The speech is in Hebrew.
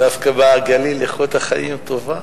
דווקא בגליל איכות החיים טובה.